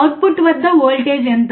output వద్ద voltage ఎంత